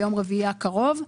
ביום רביעי הקרוב.